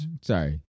Sorry